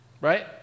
Right